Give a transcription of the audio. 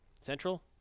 Central